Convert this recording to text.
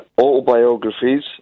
autobiographies